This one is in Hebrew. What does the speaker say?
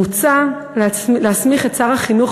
מוצע להסמיך את שר החינוך,